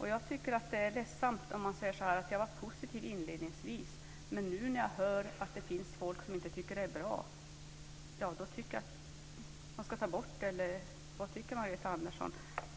Jag tycker att det är ledsamt om man säger att man inledningsvis var positiv, men nu när man hör att det finns folk som inte tycker att det är bra, tycker man att det ska tas bort eller vad det nu är Margareta Andersson tycker.